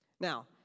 Now